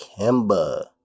Kemba